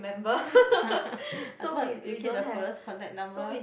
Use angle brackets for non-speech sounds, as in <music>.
<laughs> I thought you keep the fella's contact number